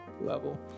level